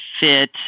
fit